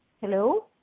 hello